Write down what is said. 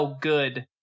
good